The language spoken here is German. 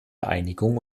einigung